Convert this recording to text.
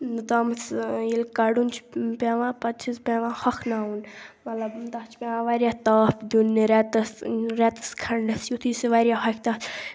توتامَتھ سُہ ییٚلہِ کَڈُن چھُ پیٚوان پَتہٕ چھُ سُہ پیٚوان ہۄکھٕناوُن مطلب تَتھ چھُ پیٚوان واریاہ تاپھ دِیُن ریٚتَس ریٚتَس کھَنٛڈس یُتھ یہِ سُہ واریاہ ہۄکھِ تَتھ